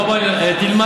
בוא, בוא, תלמד.